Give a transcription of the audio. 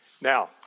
Now